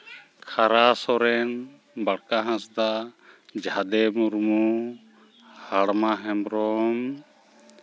ᱠᱷᱟᱨᱟ ᱥᱚᱨᱮᱱ ᱵᱟᱠᱟ ᱦᱟᱸᱥᱫᱟ ᱡᱷᱟᱫᱮ ᱢᱩᱨᱢᱩ ᱦᱟᱲᱢᱟ ᱦᱮᱢᱵᱨᱚᱢ